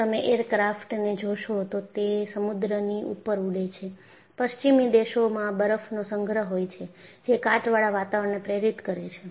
જો તમે એઈરક્રાફ્ટને જોશોતો તે સમુદ્રની ઉપર ઉડે છે પશ્ચિમી દેશોમાં બરફનો સંગ્રહ હોય છે જે કાટવાળા વાતાવરણને પ્રેરિત કરે છે